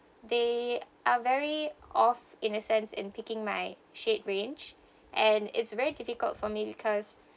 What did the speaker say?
they are very off in a sense in picking my shade range and it's very difficult for me because